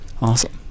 Awesome